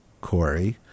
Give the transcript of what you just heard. Corey